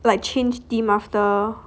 like change team after